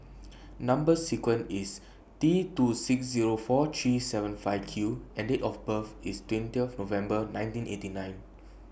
Number sequence IS T two six Zero four three seven five Q and Date of birth IS twentieth November nineteen eighty nine